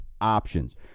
options